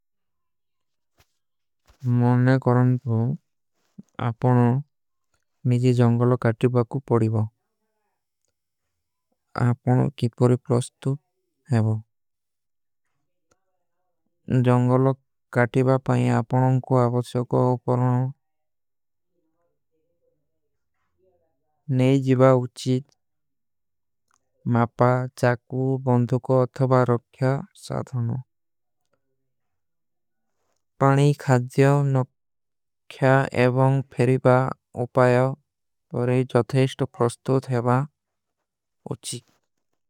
ମନନେ କରନେ ତୋ ଆପନୋ ମିଝେ ଜଂଗଲୋ କାଟିବା କୋ ପଡୀବା। ଆପନୋ କିପରୀ ଫ୍ରସ୍ତୁଥ ହୈବଵ। ଜଂଗଲୋ କାଟିବା ପାଇଂ ଆପନୋଂ। କୋ ଆପସ୍ଯୋ କୋ ପଡାନ ନହୀଂ ଜିଵା ଉଚୀଦ ମାପା ଚାକୁ। ବଂଧୋ କୋ ଅଥଵା ରୋଖ୍ଯା ସାଧନ ପାନୀ ଖାଜ୍ଯୋ ନପ୍ଖ୍ଯା। ଏବଂଗଫେରୀବା ଉପାଯୋ ବରେ ଜତେଶ୍ଟ ଫ୍ରସ୍ତୁଥ ହୈବଵ ଉଚୀଦ।